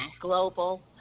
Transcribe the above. global